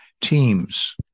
teams